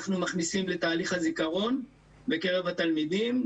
אנחנו מכניסים לתהליך הזיכרון בקרב התלמידים.